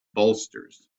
bolsters